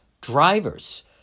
drivers